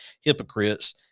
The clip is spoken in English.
hypocrites